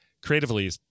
creatively